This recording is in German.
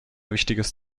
wichtiges